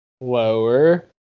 Lower